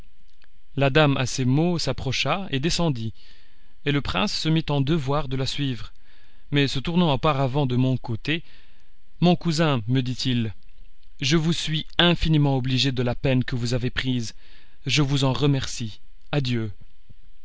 la dame à ces mots s'approcha et descendit et le prince se mit en devoir de la suivre mais se tournant auparavant de mon côté mon cousin me dit-il je vous suis infiniment obligé de la peine que vous avez prise je vous en remercie adieu